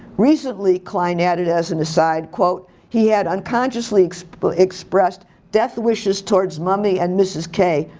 recently, klein added as an aside, quote, he had unconsciously but expressed death wishes towards mommy and mrs. k,